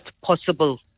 possible